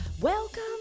Welcome